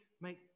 make